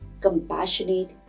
compassionate